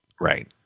right